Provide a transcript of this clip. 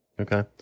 Okay